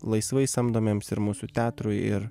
laisvai samdomiems ir mūsų teatrui ir